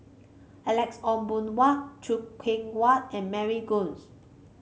Alex Ong Boon Hau Choo Keng Kwang and Mary Gomes